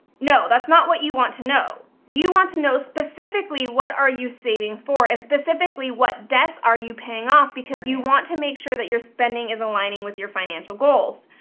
no, that's not what you want to know. you want to know, specifically what are you saving for, and specifically, what debts are you paying off? because you want to make sure that you're spending is aligning with your financial goals.